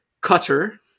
Cutter